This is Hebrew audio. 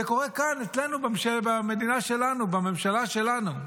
זה קורה כאן, אצלנו במדינה שלנו, בממשלה שלנו,